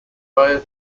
prior